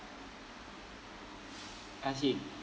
I see